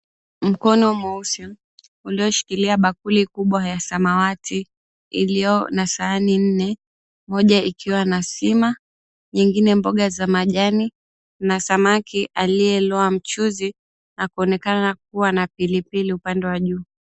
Mkono mweusi ulioshikilia bakuli kubwa ya samawati ilio na sahani nne moja ikiwa na sima, nyengine mboga za majani na samaki aliyelowa mchuzi akionekana kuwa na pilipili upande wa juu.